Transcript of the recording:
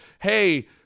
Hey